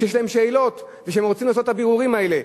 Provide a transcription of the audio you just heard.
כשיש להם שאלות וכשהם רוצים לעשות את הבירורים האלה.